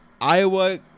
Iowa